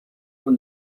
non